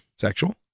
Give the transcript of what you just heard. Sexual